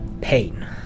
Pain